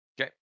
Okay